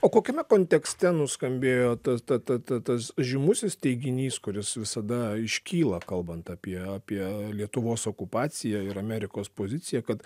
o kokiame kontekste nuskambėjo ta ta ta ta tas žymusis teiginys kuris visada iškyla kalbant apie apie lietuvos okupaciją ir amerikos poziciją kad